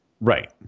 Right